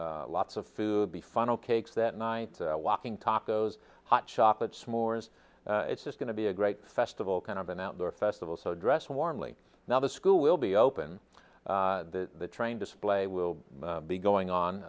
lots of food the funnel cakes that night walking tacos hot chocolate smores it's just going to be a great festival kind of an outdoor festival so dress warmly now the school will be open the train display will be going on